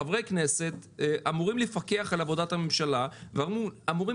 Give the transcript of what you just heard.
חברי כנסת אמורים לפקח על עבודת הממשלה ואמורים